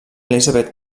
elizabeth